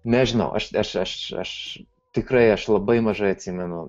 nežinau aš aš aš tikrai aš labai mažai atsimenu